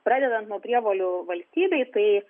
pradedant nuo prievolių valstybei tai